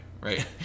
right